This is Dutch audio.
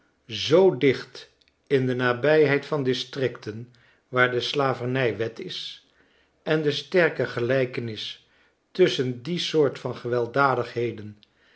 zoo dicht in de nabijheid van districten waar de slavernij wet is en de isterke gelijkenis tusschen die soort van gewelddadigheden